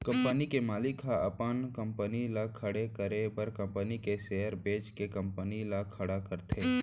company के मालिक ह अपन कंपनी ल खड़े करे बर कंपनी के सेयर बेंच के कंपनी ल खड़ा करथे